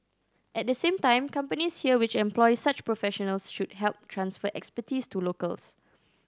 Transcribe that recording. at the same time companies here which employ such professionals should help transfer expertise to locals